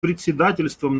председательством